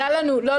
לא,